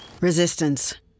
Resistance